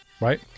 right